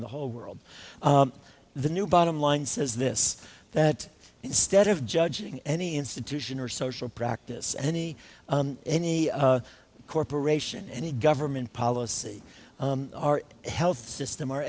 in the whole world the new bottom line says this that instead of judging any institution or social practice any any corporation any government policy our health system our